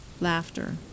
Laughter